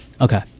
Okay